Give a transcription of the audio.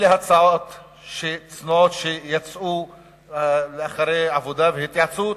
אלה ההצעות הצנועות שיצאו אחרי עבודה והתייעצות.